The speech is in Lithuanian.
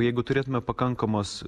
jeigu turėtumėme pakankamas